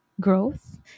growth